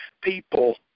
people